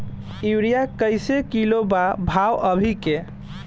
Urea कइसे kilo बा भाव अभी के?